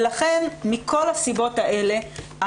ולכן מכל הסיבות האלה,